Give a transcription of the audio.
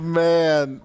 man